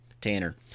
tanner